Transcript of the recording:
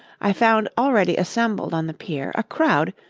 i found already assembled on the pier a crowd,